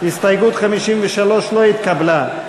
הסתייגות 50 לא התקבלה.